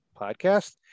podcast